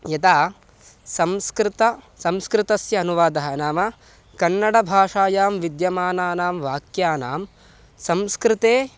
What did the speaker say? यथा संस्कृत संस्कृतस्य अनुवादः नाम कन्नडभाषायां विद्यमानानां वाक्यानां संस्कृते